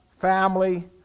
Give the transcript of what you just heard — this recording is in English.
family